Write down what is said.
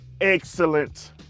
excellent